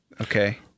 okay